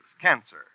cancer